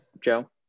Joe